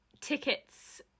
tickets